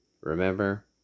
Remember